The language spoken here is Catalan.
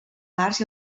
mars